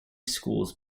schools